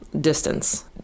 distance